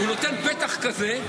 הוא נותן פתח כזה.